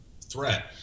threat